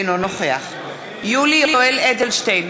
אינו נוכח יולי יואל אדלשטיין,